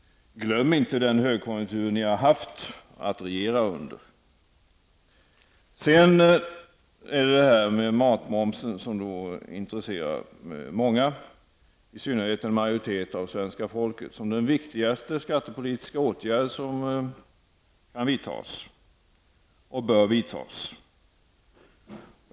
Glöm inte den högkonjunktur som ni har haft att regera under! Matmomsen intresserar många -- i synnerhet en majoritet av svenska folket. Det är den viktigaste skattepolitiska åtgärd som kan -- och bör -- vidtas.